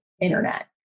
internet